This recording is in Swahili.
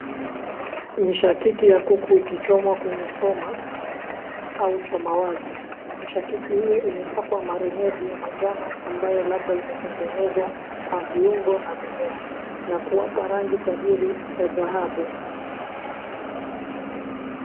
Mishakiki ya kuku ikichomwa kwenye choma au choma wazi. Mishakiki hiyo imepakwa marinade ya manjano ambayo labda imetengenezwa kwa viyngo na mimea na kuwapa rangi tajiri ya dhahabu.